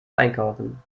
einkaufen